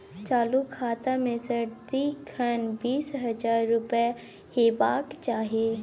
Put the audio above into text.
चालु खाता मे सदिखन बीस हजार रुपैया हेबाक चाही